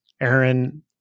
Aaron